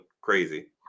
crazy